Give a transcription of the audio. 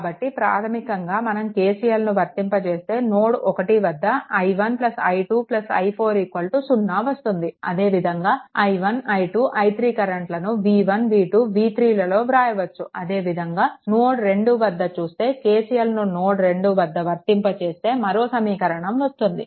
కాబట్టిప్రాధమికంగా మనం KCLను వర్తింపజేస్తేనోడ్ 1 వద్ద i1 i2 i4 0 వస్తుందిఅదేవిధంగా i1 i2 i3 కరెంట్లను v1 v2 v3 లలో వ్రాయవచ్చుఅదే విధంగా నోడ్ 2 వద్ద చూస్తే KCLను నోడ్2 వద్ద వర్తింప చేస్తే మరో సమీకరణం వస్తుంది